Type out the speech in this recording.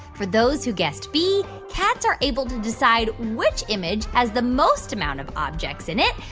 for those who guessed b, cats are able to decide which image has the most amount of objects in it,